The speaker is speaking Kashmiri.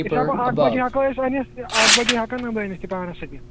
عِشا پَتہٕ آٹھ بَجے ہیٚکَوأسۍ أنِتھ آٹھ بَجے ہیٚکَن نہ بہٕ یہِ أنِتھ پانَس سۭتۍ یہِ